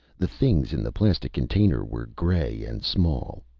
the things in the plastic container were gray and small.